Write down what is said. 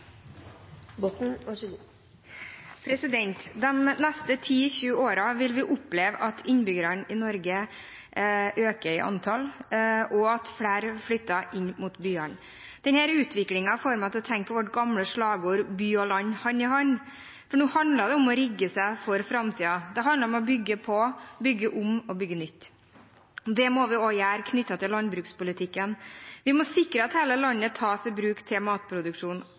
neste 10–20 årene vil vi oppleve at innbyggerne i Norge øker i antall, og at flere flytter inn mot byene. Denne utviklingen får meg til å tenke på vårt gamle slagord «By og land hand i hand», for nå handler det om å rigge seg for framtiden. Det handler om å bygge på, bygge om og bygge nytt. Det må vi også gjøre i landbrukspolitikken. Vi må sikre at hele landet tas i bruk til matproduksjon,